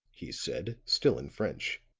he said, still in french.